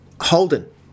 Holden